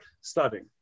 studying